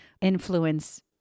influence